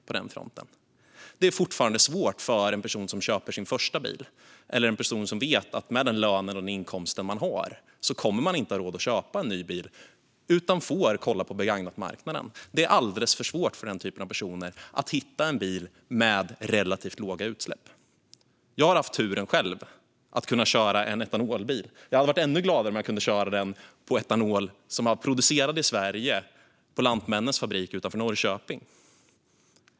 Det är fortfarande alldeles för svårt att hitta en bil med relativt låga utsläpp för en person som köper sin första bil eller en person som vet att den med sin lön och sin inkomst inte kommer att ha råd att köpa en ny bil utan får kolla på begagnatmarknaden. Jag har själv haft turen att kunna köra en etanolbil. Jag hade varit ännu gladare om jag kunnat köra den på etanol producerad i Sverige på Lantmännens fabrik utanför Norrköping.